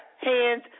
hands